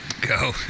Go